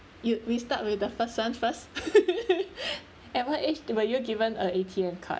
you we start with the first [one] first at what age were you given a A_T_M card